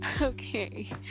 Okay